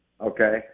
okay